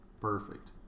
Perfect